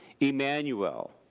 Emmanuel